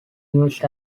used